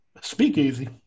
Speakeasy